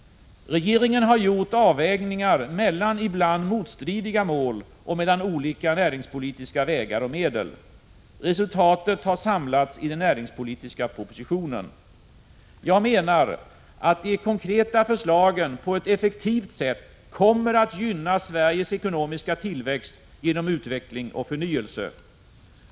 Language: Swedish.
Regeringen har gjort avvägningar mellan ibland motstridiga mål och mellan olika näringspolitiska vägar och medel. Resultatet har samlats i den näringspolitiska propositionen. Jag menar att de konkreta förslagen på ett effektivt sätt kommer att gynna Sveriges ekonomiska tillväxt genom utveckling och förnyelse.